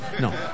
no